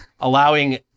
Allowing